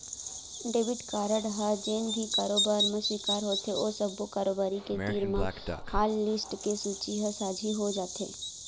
debit card ह जेन भी कारोबार म स्वीकार होथे ओ सब्बो कारोबारी के तीर म हाटलिस्ट के सूची ह साझी हो जाथे